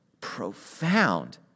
profound